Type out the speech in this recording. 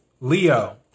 Leo